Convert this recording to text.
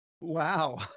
wow